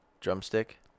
drumstick